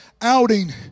outing